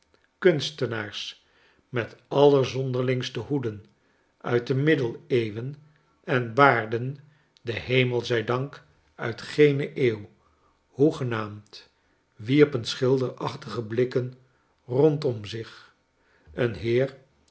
kunstenaars met allerzonderlingste hoeden uit de middeleeuwen en baarden den hemel zij dank uit geene eeuw hoegenaamd wierpen schilderachtige blikken rondom zich een heer